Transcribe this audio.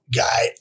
guy